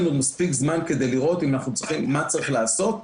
אז יהיה לנו מספיק זמן כדי לראות מה צריך לעשות.